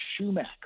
Schumacher